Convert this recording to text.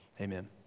amen